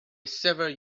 seven